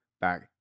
back